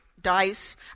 dies